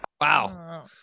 Wow